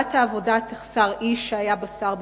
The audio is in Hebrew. תנועת העבודה תחסר איש שהיה בשר מבשרה.